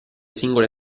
singole